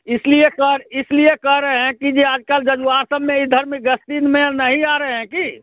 इसलिए सर इसलिए कह रहे हैं कि यह आज कल जजुआ सब में इधर में गस्ती में नहीं आ रहे हैं कि